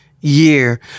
year